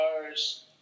cars